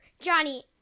Johnny